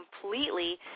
completely